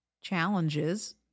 challenges